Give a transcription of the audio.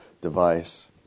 device